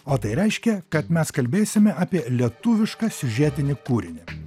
o tai reiškia kad mes kalbėsime apie lietuvišką siužetinį kūrinį